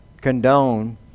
condone